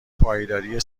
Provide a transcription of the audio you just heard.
پایداری